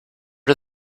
did